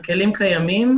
הכלים קיימים,